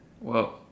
Whoa